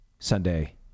Sunday